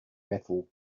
bethel